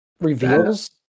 reveals